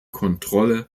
kontrolle